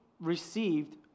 received